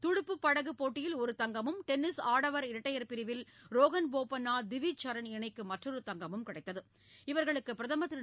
தடுப்பு படகு போட்டியில் ஒரு தங்கமும் டென்னிஸ் ஆடவர் இரட்டையர் பிரிவில் ரோகண் போபண்ணா திவிஜ் சரண் இணைக்கு மற்றொரு தங்கமும் கிடைத்தது இவர்களுக்கு பிரதமர் திரு